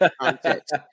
context